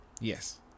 Yes